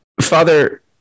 father